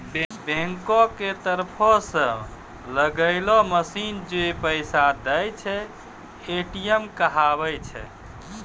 बैंको के तरफो से लगैलो मशीन जै पैसा दै छै, ए.टी.एम कहाबै छै